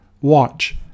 watch